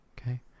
Okay